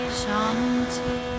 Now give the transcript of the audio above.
Shanti